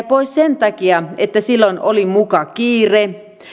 pois sen takia että silloin oli muka kiire